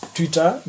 Twitter